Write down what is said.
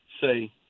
say